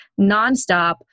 nonstop